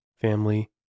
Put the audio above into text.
family